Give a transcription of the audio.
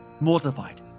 mortified